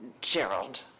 Gerald